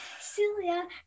celia